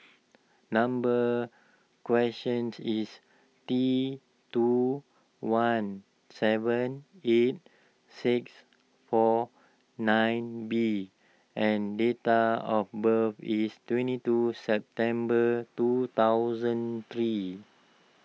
number questions is T two one seven eight six four nine B and data of birth is twenty two September two thousand three